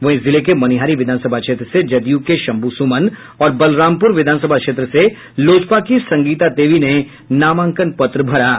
वहीं जिले के मनिहारी विधानसभा क्षेत्र से जदयू के शंभु सुमन और बलरामपुर विधानसभा क्षेत्र से लोजपा की संगीता देवी ने नामांकन पत्र भरा है